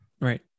Right